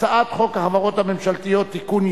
הצעת חוק החברות הממשלתיות (תיקון,